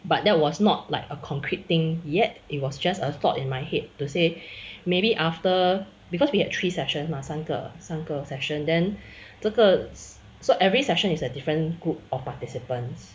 but that was not like a concrete thing yet it was just a thought in my head to say maybe after because we had three session 吗三个三个 session then 这个 so every session is a different group of participants